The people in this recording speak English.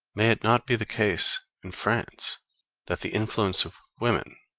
may it not be the case in france that the influence of women,